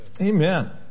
Amen